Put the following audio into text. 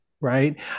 Right